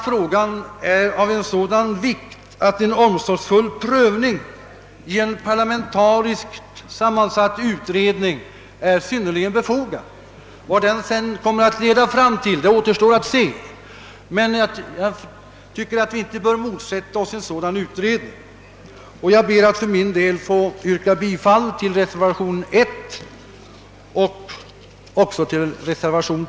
Frågan är av sådan vikt att en omsorgsfull prövning i en parlamentariskt sammansatt utredning är synnerligen befogad. Vad denna utredning sedan kommer att leda fram till återstår att se, men jag tycker inte att vi har anledning motsätta oss en sådan utredning. Jag ber för min del att få yrka bifall till reservationerna I och II.